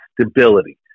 stability